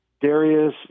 Darius